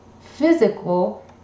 physical